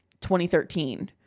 2013